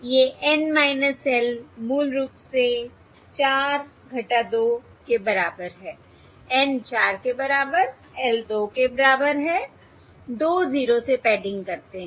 ये N L मूल रूप से 4 - 2 के बराबर हैं N 4 के बराबर L 2 के बराबर है 20 से पैडिंग करते हैं